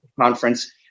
conference